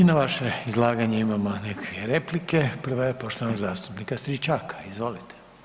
I na vaše izlaganje imamo neke replike, prva je poštovanog zastupnika Stričaka, izvolite.